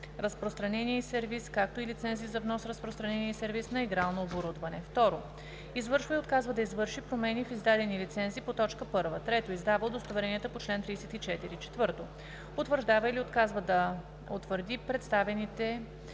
разпространение и сервиз, както и лицензи за внос, разпространение и сервиз на игрално оборудване; 2. извършва или отказва да извърши промени в издадени лицензи по т. 1; 3. издава удостоверенията по чл. 34; 4. утвърждава или отказва да утвърди представените